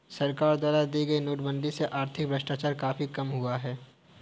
सरकार द्वारा की गई नोटबंदी से आर्थिक भ्रष्टाचार काफी कम हुआ है